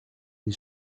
des